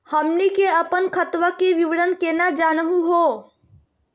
हमनी के अपन खतवा के विवरण केना जानहु हो?